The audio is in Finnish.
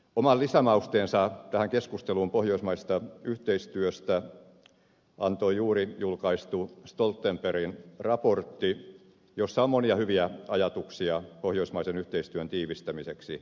oman lisämausteensa tähän keskusteluun pohjoismaisesta yhteistyöstä antoi juuri julkaistu stoltenbergin raportti jossa on monia hyviä ajatuksia pohjoismaisen yhteistyön tiivistämiseksi